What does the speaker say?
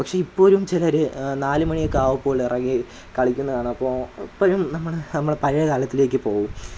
പക്ഷെ ഇപ്പോഴും ചിലർ നാലുമണിയൊക്കെ ആകുമ്പോൾ ഇറങ്ങിക്കളിക്കുന്നതു കാണാം അപ്പോൾ ഇപ്പോഴും നമ്മൾ നമ്മളെ പഴയ കാലത്തിലേക്കു പോകും